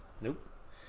Nope